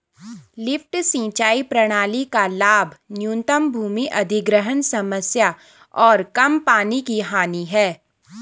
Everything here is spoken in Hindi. लिफ्ट सिंचाई प्रणाली का लाभ न्यूनतम भूमि अधिग्रहण समस्या और कम पानी की हानि है